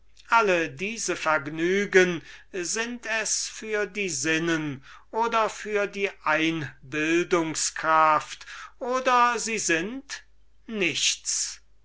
alle diese vergnügen sind es für die sinnen oder für die einbildungskraft oder sie sind nichts